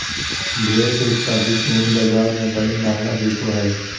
भेड़ से उत्पादित ऊन बाज़ार में बड़ी महंगा बिको हइ